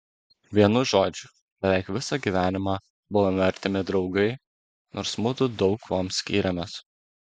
vienu žodžiu beveik visą gyvenimą buvome artimi draugai nors mudu daug kuom skyrėmės